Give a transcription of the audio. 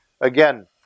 Again